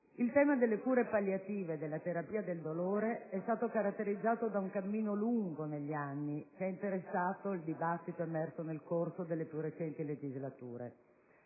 Il tema delle cure palliative e della terapia del dolore è stato caratterizzato da un cammino lungo negli anni, che ha interessato il dibattito emerso nel corso delle più recenti legislature.